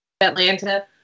Atlanta